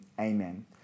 amen